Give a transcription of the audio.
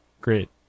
Great